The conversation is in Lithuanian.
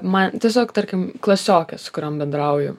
man tiesiog tarkim klasiokė su kuriom bendrauju